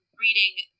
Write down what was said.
reading